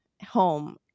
home